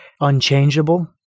unchangeable